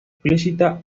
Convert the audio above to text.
explícita